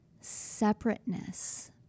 separateness